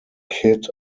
kid